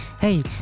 hey